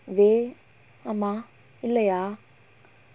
வே ஆமா இல்லயா:ve aamaa illayaa